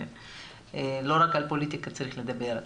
לא רק על פוליטיקה צריך לדבר.